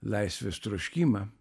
laisvės troškimą